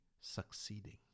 succeeding